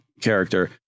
character